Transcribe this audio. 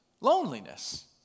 Loneliness